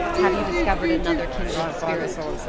have you discovered another kindred spirit?